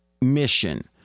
mission